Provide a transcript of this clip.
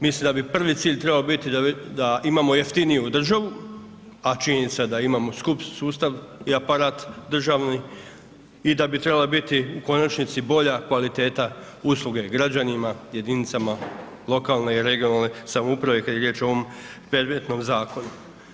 Mislim da bi prvi cilj trebao biti da imamo jeftiniju državu, a činjenica je da imamo skupi sustav i aparat državni i da bi trebala biti u konačnici bolja kvaliteta usluge građanima, jedinicama lokalne i regionalne samouprave kad je riječ o ovom predmetnom zakonu.